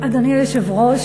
אדוני היושב-ראש,